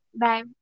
Bye